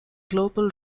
global